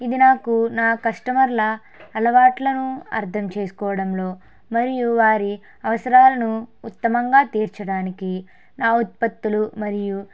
ఇది నాకు నా కస్టమర్ల అలవాట్లను అర్ధం చేసుకోవడంలో మరియు వారి అవసరాలను ఉత్తమంగా తీర్చడానికి నా ఉత్పత్తులు మరియు